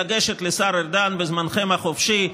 לגשת לשר ארדן בזמנכם החופשי,